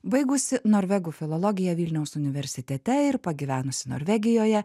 baigusi norvegų filologiją vilniaus universitete ir pagyvenusi norvegijoje